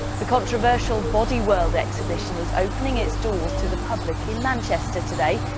the controversial body world exhibition is opening its doors to the public in manchester today.